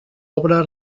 obra